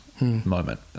moment